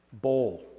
bowl